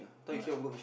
no ah